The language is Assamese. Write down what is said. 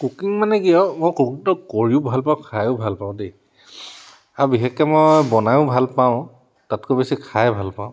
কুকিং মানে কি আৰু মই কুকটো কৰিও ভালপাওঁ খায়ো ভালপাওঁ দেই আৰু বিশেষকৈ মই বনায়ো ভালপাওঁ তাতকৈ বেছি খাই ভালপাওঁ